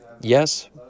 Yes